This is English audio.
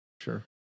sure